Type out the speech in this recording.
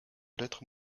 lettres